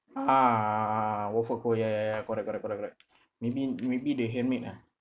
ah waffle cone ya ya ya correct correct correct correct maybe maybe they handmade ah